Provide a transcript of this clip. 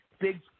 big